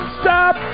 stop